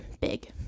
big